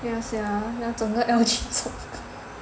ya sia 那整个 L_G 中